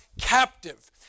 captive